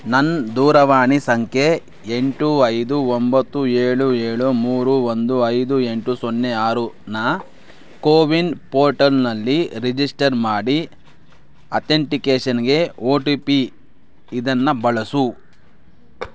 ನನ್ನ ದೂರವಾಣಿ ಸಂಖ್ಯೆ ಎಂಟು ಐದು ಒಂಬತ್ತು ಏಳು ಏಳು ಮೂರು ಒಂದು ಐದು ಎಂಟು ಸೊನ್ನೆ ಆರನ್ನು ಕೋವಿನ್ ಪೋರ್ಟಲ್ನಲ್ಲಿ ರಿಜಿಸ್ಟರ್ ಮಾಡಿ ಅಥೆಂಟಿಕೇಷನ್ಗೆ ಒ ಟಿ ಪಿ ಇದನ್ನು ಬಳಸು